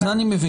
זה אני מבין.